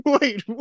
wait